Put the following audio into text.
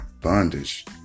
bondage